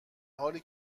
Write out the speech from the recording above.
حالی